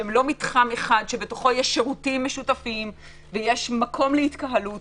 שהם לא מתחם אחד שבתוכו יש שירותים משותפים ויש מקום להתקהלות